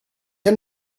and